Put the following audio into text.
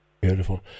Beautiful